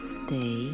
stay